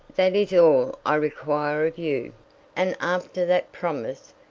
that is all i require of you and, after that promise,